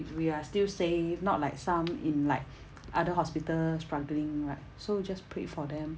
we are still safe not like some in like other hospital struggling right so just pray for them